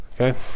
okay